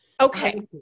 Okay